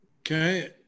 Okay